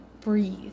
breathe